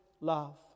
love